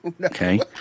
Okay